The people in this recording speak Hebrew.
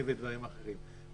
ודברים אחרים.